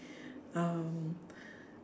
um